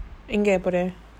எங்கபோற:enga pora